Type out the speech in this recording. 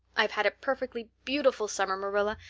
i've had a perfectly beautiful summer, marilla,